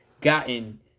gotten